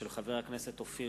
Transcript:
מאת חבר הכנסת שלמה